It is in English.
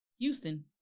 Houston